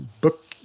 Book